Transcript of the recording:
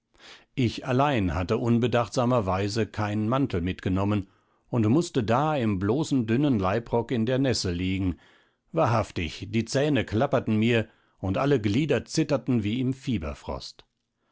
ich allein hatte unbedachtsamerweise keinen mantel mitgenommen und mußte da im bloßen dünnen leibrock in der nasse liegen wahrhaftig die zähne klapperten mir und alle glieder zitterten wie im fieberfrost